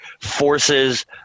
forces